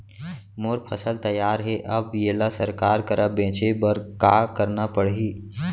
मोर फसल तैयार हे अब येला सरकार करा बेचे बर का करना पड़ही?